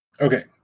Okay